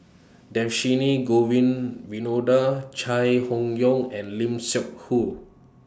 Dhershini Govin Winodan Chai Hon Yoong and Lim Seok Hu